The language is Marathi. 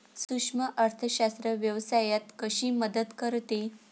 सूक्ष्म अर्थशास्त्र व्यवसायात कशी मदत करते?